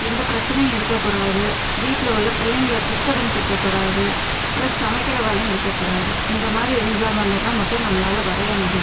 எந்த பிரச்சினையும் இருக்கக்கூடாது வீட்டில் உள்ள பிள்ளைகள் டிஸ்டபன்ஸ் இருக்க கூடாது ப்ளஸ் சமைக்கிற வேலையும் இருக்கக்கூடாது இந்த மாதிரி இருந்தால் தான் மட்டும் நம்மளால வரைய முடியும்